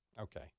Okay